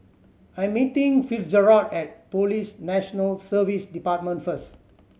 I'm meeting Fitzgerald at Police National Service Department first